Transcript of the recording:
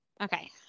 Okay